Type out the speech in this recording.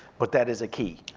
but that is a key,